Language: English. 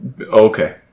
Okay